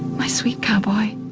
my sweet cowboy?